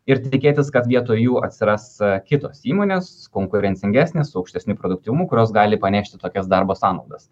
ir tikėtis kad vietoj jų atsiras kitos įmonės konkurencingesnės su aukštesniu produktyvumu kurios gali panešti tokias darbo sąnaudas